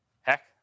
heck